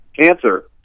cancer